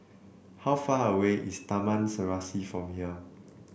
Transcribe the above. how far away is Taman Serasi from here